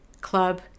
club